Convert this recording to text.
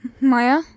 Maya